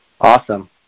Awesome